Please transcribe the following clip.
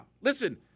Listen